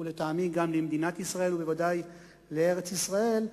ולטעמי גם למדינת ישראל ובוודאי גם לארץ-ישראל,